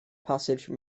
passage